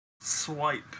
swipe